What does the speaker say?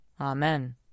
Amen